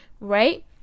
right